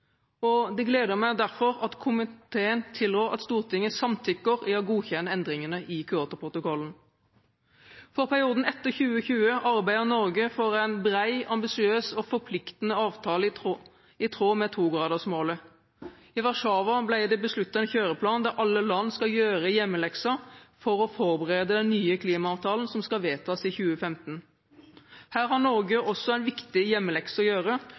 klimaområdet. Det gleder meg derfor at komiteen tilrår at Stortinget samtykker i å godkjenne endringene i Kyotoprotokollen. For perioden etter 2020 arbeider Norge for en bred, ambisiøs og forpliktende avtale i tråd med togradersmålet. I Warszawa ble det besluttet en kjøreplan der alle land skal gjøre hjemmeleksen for å forberede den nye klimaavtalen, som skal vedtas i 2015. Her har Norge også en viktig hjemmelekse å gjøre,